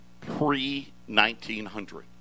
pre-1900